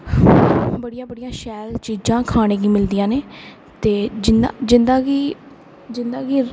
बड़िया बड़िया शैल चीज़ां खानै गी मिलदियां न ते जिंदा कि जिंदा कि